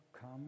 come